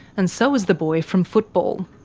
and so is the boy from football.